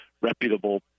reputable